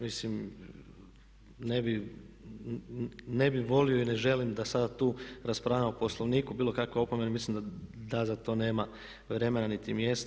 Mislim ne bih volio i ne želim da sada tu raspravljamo o Poslovniku, bilo kakva opomena i mislim da za to nema vremena niti mjesta.